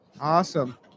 Awesome